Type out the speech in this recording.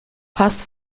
pass